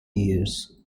years